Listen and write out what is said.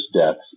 deaths